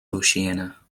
oceania